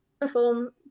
perform